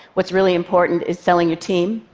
what's really important is selling your team,